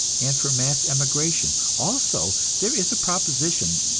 and for mass emigration. also there is a proposition,